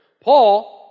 Paul